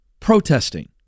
protesting